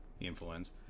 influence